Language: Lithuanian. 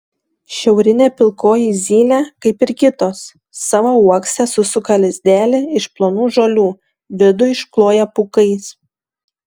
šiaurinė pilkoji zylė kaip ir kitos savo uokse susuka lizdelį iš plonų žolių vidų iškloja pūkais